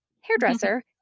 hairdresser